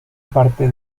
parte